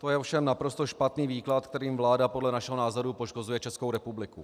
To je ovšem naprosto špatný výklad, kterým vláda podle našeho názoru poškozuje Českou republiku.